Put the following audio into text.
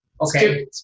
Okay